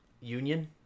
Union